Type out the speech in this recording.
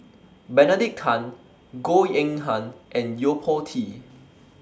Benedict Tan Goh Eng Han and Yo Po Tee